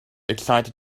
excited